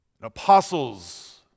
apostles